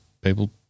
people